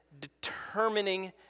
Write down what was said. determining